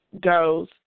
goes